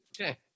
Okay